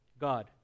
God